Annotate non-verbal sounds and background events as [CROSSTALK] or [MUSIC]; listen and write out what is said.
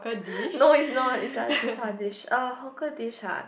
[BREATH] no it's not it's like a tze-char dish uh hawker dish ah